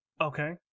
Okay